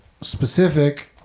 specific